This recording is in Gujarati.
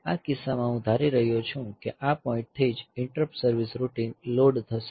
આ કિસ્સોમાં હું ધારી રહ્યો છું કે આ પોઈન્ટ થી જ ઇન્ટરપ્ટ સર્વિસ રૂટિન લોડ થશે